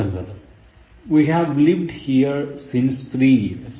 പത്തൊൻപത് We have lived here since three years